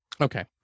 Okay